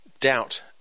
doubt